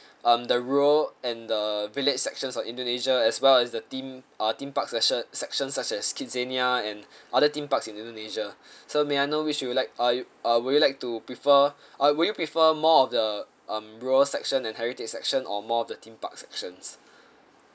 um the rural and the village sections of indonesia as well as the theme uh theme parks sectio~ section such as kidzania and other theme parks in indonesia so may I know which you would like uh uh would you like to prefer uh will you prefer more of the um rural section and heritage section or more of the theme parks sections